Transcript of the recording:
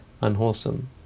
unwholesome